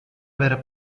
vera